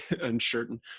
uncertain